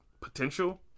potential